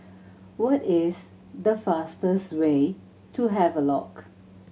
what is the fastest way to Havelock